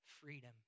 freedom